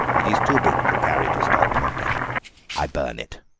it is too big to carry to stolpmunde. i burn it.